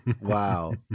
wow